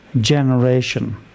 generation